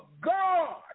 God